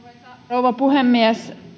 rouva puhemies